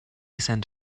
sent